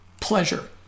pleasure